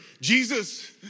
Jesus